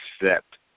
accept